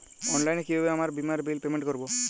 অনলাইনে কিভাবে আমার বীমার বিল পেমেন্ট করবো?